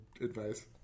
advice